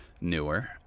newer